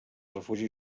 refugi